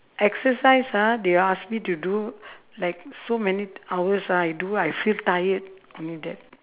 exercise ah they ask me to do like so many hours ah I do I feel tired I mean that